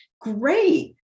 great